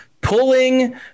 pulling